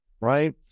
Right